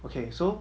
okay so